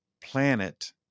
planet